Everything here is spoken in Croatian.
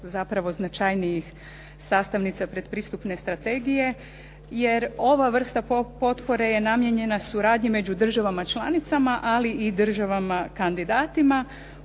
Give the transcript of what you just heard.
zapravo značajnijih sastavnica predpristupne strategije. Jer ova vrsta potpore je namijenjena suradnji među državama članicama, ali i članicama kandidatima